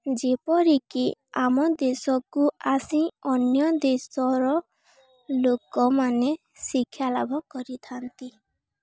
ଯେପରିକି ଆମ ଦେଶକୁ ଆସି ଅନ୍ୟ ଦେଶର ଲୋକମାନେ ଶିକ୍ଷାଲାଭ କରିଥାନ୍ତି